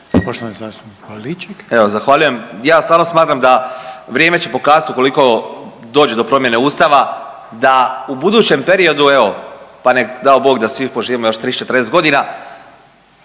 zahvaljujem. Ja stvarno smatram da vrijeme će pokazat ukoliko dođe do promjene ustava da ubudućem periodu, evo pa nek dao Bog da svi poživimo još 30-40.g.,